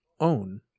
own